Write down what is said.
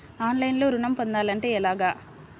ఆన్లైన్లో ఋణం పొందాలంటే ఎలాగా?